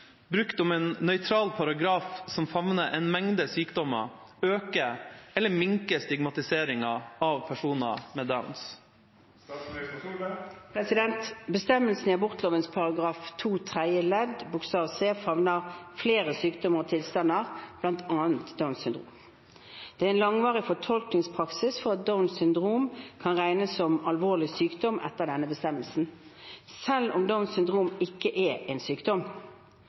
brukt dette begrepet. Før høsten 2018 ble uttrykket nesten ikke brukt. Mener statsministeren at en slik merkelapp brukt om en nøytral paragraf som favner en mengde sykdommer, øker eller minker stigmatiseringen av personer med Downs?» Bestemmelsen i abortloven § 2 tredje ledd bokstav c favner flere sykdommer og tilstander, bl.a. Downs syndrom. Det er langvarig fortolkningspraksis for at Downs syndrom kan regnes som alvorlig sykdom etter